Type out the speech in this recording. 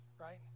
right